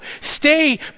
stay